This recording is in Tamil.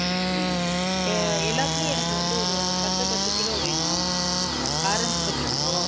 ஓ அப்படியா எல்லாத்துலேயும் எனக்கு வந்து ஒரு பத்து பத்து கிலோ வேணும் ஆரஞ்சு பத்து கிலோ